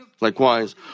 Likewise